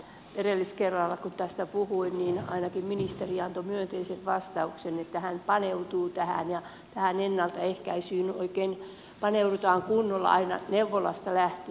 edelliskerralla kun tästä puhuin niin ministeri ainakin antoi myönteisen vastauksen että hän paneutuu tähän ja tähän ennaltaehkäisyyn paneudutaan oikein kunnolla aina neuvolasta lähtien